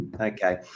Okay